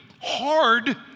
hard